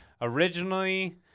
originally